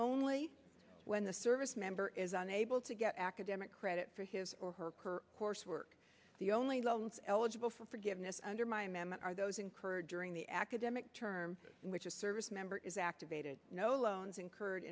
only when the service member is unable to get academic credit for his or her coursework the only loans eligible for forgiveness under my m m are those incurred during the academic term in which a service member is activated no loans incurred